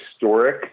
historic